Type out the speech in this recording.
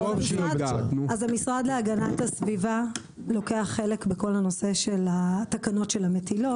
המשרד להגנת הסביבה לוקח חלק בנושא של התקנות של המטילות